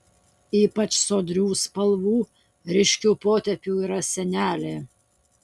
ypač sodrių spalvų ryškių potėpių yra senelė